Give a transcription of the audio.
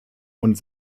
und